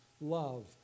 love